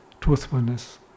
truthfulness